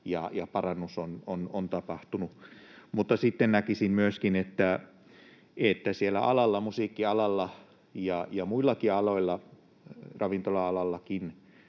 ja parannus on tapahtunut. Mutta sitten näkisin myöskin, että siellä musiikkialalla ja muillakin aloilla, ravintola-alallakin,